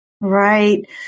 Right